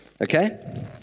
Okay